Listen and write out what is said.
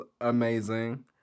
amazing